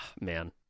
man